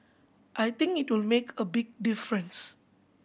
I think it will make a big difference